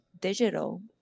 digital